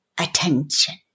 attention